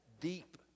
deep